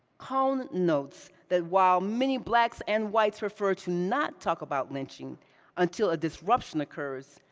cone notes that while many blacks and whites prefer to not talk about lynching until a disruption occurs,